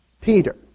Peter